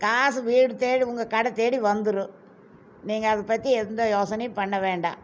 காசு வீடு தேடி உங்கள் கடை தேடி வந்துடும் நீங்கள் அது பற்றி எந்த யோசனையும் பண்ண வேண்டாம்